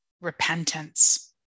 repentance